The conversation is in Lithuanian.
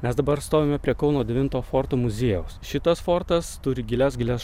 mes dabar stovime prie kauno devinto forto muziejaus šitas fortas turi gilias gilias